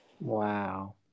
Wow